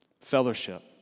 fellowship